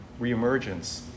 reemergence